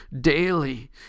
daily